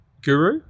Guru